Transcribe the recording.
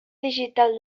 digital